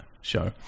show